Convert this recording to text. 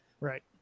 Right